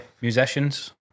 musicians